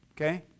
okay